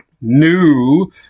new